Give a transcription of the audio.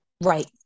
Right